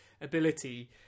ability